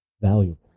valuable